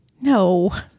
no